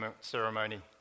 ceremony